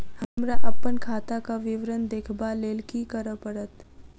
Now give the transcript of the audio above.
हमरा अप्पन खाताक विवरण देखबा लेल की करऽ पड़त?